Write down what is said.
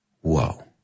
Whoa